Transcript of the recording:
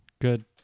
good